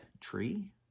tree